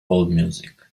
allmusic